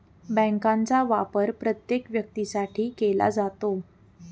बँकांचा वापर प्रत्येक व्यक्तीसाठी केला जातो